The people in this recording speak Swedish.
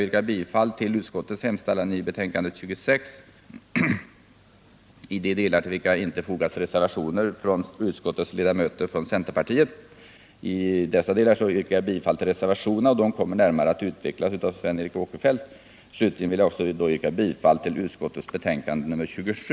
Jag yrkar bifall till vad utskottet hemställt i betänkandet nr 26 i de delar till vilka det inte fogats reservationer från utskottets centerpartistiska ledamöter. I de fall sådana föreligger yrkar jag bifall till dessa reservationer, som närmare kommer att redovisas av Sven Eric Åkerfeldt. Slutligen yrkar jag bifall till utskottets hemställan i betänkandet nr 27.